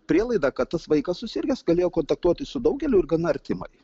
prielaida kad tas vaikas susirgęs galėjo kontaktuoti su daugeliu ir gana artimai